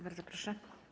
Bardzo proszę.